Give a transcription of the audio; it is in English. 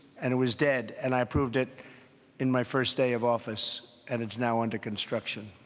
and it was dead and i approved it in my first day of office. and it's now under construction.